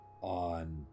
on